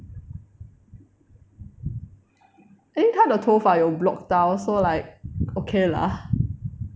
因为他的头发有 block 到 so like okay lah